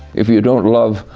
if you don't love